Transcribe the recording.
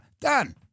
Done